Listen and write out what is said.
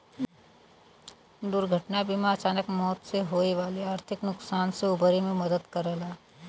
दुर्घटना बीमा अचानक मौत से होये वाले आर्थिक नुकसान से उबरे में मदद करला